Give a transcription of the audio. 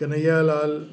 Kanhaiya Lal